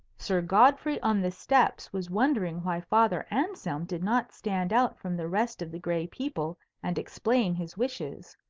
sir godfrey on the steps was wondering why father anselm did not stand out from the rest of the gray people and explain his wishes.